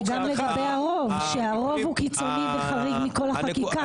וגם לגבי הרוב, שהרוב קיצוני וחריג מכל החקיקה.